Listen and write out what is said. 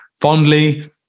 fondly